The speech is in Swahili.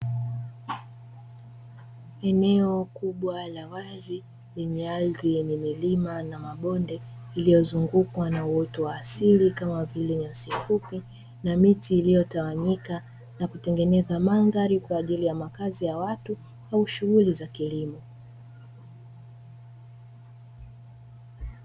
Eneo kubwa la wazi lenye ardhi yenye milima na mabonde, iliyozungukwa na uoto wa asili kama vile nyasi fupi, na miti iliyotawanyika na kutengeneza mandhari kwa ajili ya makazi ya watu, au shughuli za kilimo.